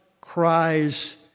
cries